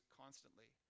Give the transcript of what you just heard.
constantly